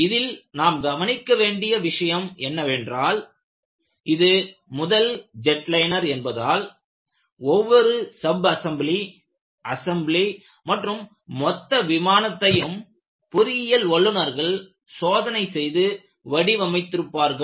இதில் நாம் கவனிக்க வேண்டிய விஷயம் என்னவென்றால் இது முதல் ஜெட் லைனர் என்பதால் ஒவ்வொரு சப் அசெம்பிளி அசெம்பிளி மற்றும் மொத்த விமானத்தையும் பொறியியல் வல்லுநர்கள் சோதனை செய்து வடிவமைத்திருப்பார்கள்